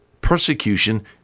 persecution